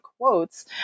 quotes